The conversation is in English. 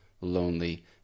lonely